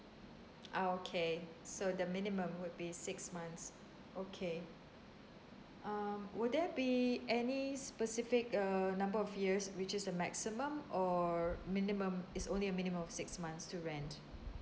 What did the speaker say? ah okay so the minimum would be six months okay um would there be any specific uh number of years which is the maximum or minimum it's only a minimum of six months to rent